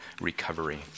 recovery